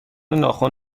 ناخن